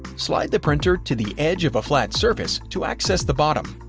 slide the printer to the edge of a flat surface to access the bottom.